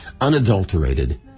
unadulterated